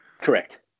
Correct